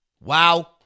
Wow